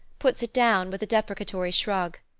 puts it down with a deprecatory shrug.